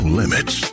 limits